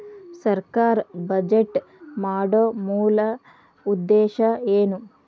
ಸರ್ಕಾರ್ ಬಜೆಟ್ ಮಾಡೊ ಮೂಲ ಉದ್ದೇಶ್ ಏನು?